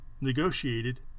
negotiated